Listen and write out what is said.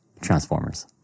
transformers